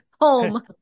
home